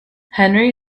henry